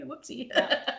whoopsie